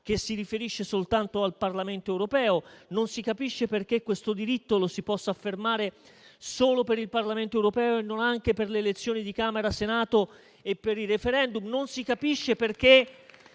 che si riferisce soltanto al Parlamento europeo. Non si capisce, infatti, perché questo diritto lo si possa affermare solo per il Parlamento europeo e non anche per le elezioni di Camera e Senato e per i *referendum*. Non si capisce perché